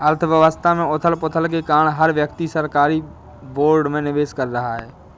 अर्थव्यवस्था में उथल पुथल के कारण हर व्यक्ति सरकारी बोर्ड में निवेश कर रहा है